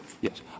Yes